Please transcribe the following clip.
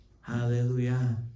Hallelujah